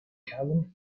cabin